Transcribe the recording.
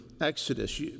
exodus